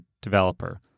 developer